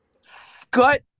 scut